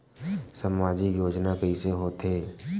सामजिक योजना कइसे होथे?